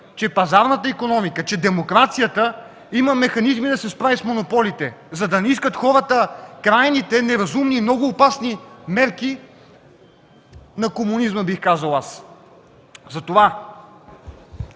че пазарната икономика, че демокрацията има механизми да се справи с монополите, за да не искат хората крайните, неразумни и много опасни мерки на комунизма, бих казал аз. Затова